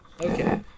Okay